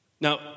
Now